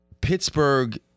pittsburgh